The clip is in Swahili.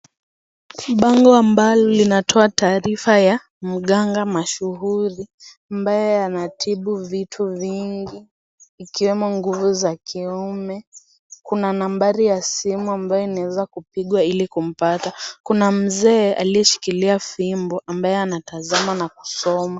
Bango ambalo linatoa taarifa ya mganga mashuhuri ambaye anatibu vitu vingi ikiwemo nguvu za kiume kuna nambari ya simu ambayo inaweza kupigwa hili kumpata kuna mzee aliyeshikilia fimbo ambaye anatazama na kusoma.